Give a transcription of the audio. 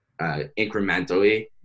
incrementally